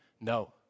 no